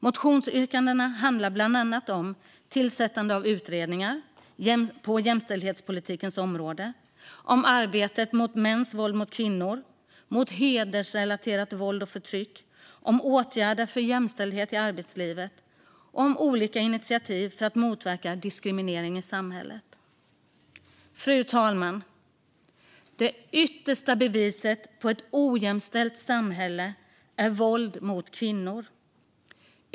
Motionsyrkandena handlar bland annat om tillsättande av utredningar på jämställdhetspolitikens område, om arbetet mot mäns våld mot kvinnor och mot hedersrelaterat våld och förtryck, om åtgärder för jämställdhet i arbetslivet och om olika initiativ för att motverka diskriminering i samhället. Fru talman! Det yttersta beviset på ett ojämställt samhälle är våld mot kvinnor.